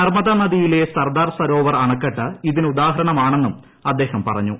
നർമ്മദ നദിയിലെ സർദാർ സരോവർ അണക്കെട്ട് ഇതിനുദാഹരണമാണെന്നും അദ്ദേഹം പറഞ്ഞു